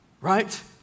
Right